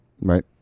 Right